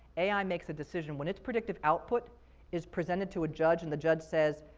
ai makes a decision. when its predictive output is presented to a judge, and the judge says,